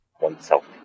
oneself